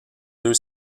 deux